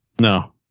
No